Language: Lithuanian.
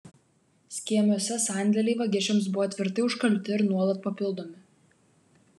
skėmiuose sandėliai vagišiams buvo tvirtai užkalti ir nuolat papildomi